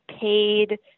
paid –